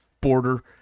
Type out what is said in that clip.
border